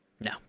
no